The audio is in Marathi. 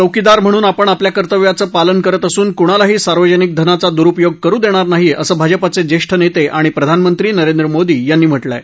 चौकीदार म्हणून आपण आपल्या कर्तव्याचं पालन करत असून कुणालाही सार्वजनिक धनाचा द्रुपयोग करु देणार नाही असं भाजपाचे ज्येष्ठ नेते आणि प्रधानमंत्री नरेंद्र मोदी यांनी म्हटलं आहे